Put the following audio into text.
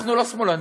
אנחנו לא שמאלנים.